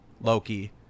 Loki